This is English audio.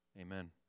Amen